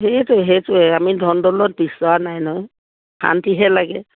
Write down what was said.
সেইটো সেইটোৱে আমি ধন দৌলত বিচৰা নাই নহয় শান্তিহে লাগে